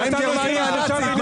מה עם גרמניה הנאצית?